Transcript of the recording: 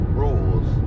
rules